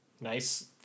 nice